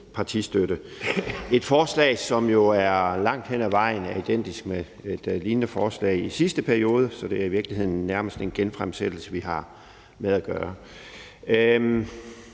partistøtte. Det er et forslag, som jo langt hen ad vejen er identisk med et lignende forslag fra sidste periode. Så det er i virkeligheden nærmest en genfremsættelse, vi har med at gøre.